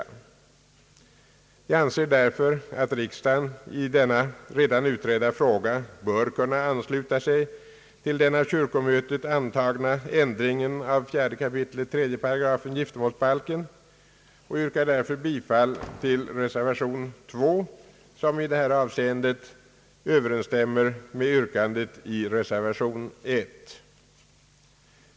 Jag anser därför att riksdagen i denna redan utredda fråga bör kunna ansluta sig till den av kyrkomötet antagna ändringen av 4 kap. 3 § giftermålsbalken och yrkar därför bifall till reservation 2 som i detta avseende överensstämmer med yrkandet i reservation 1.